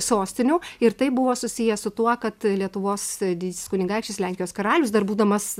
sostinių ir tai buvo susiję su tuo kad lietuvos didysis kunigaikštis lenkijos karalius dar būdamas